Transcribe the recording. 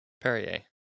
Perrier